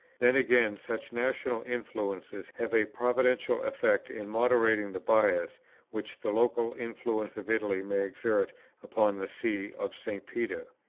then, again, such national influences have a providential effect in moderating the bias which the local influences of italy may exert upon the see of st. peter.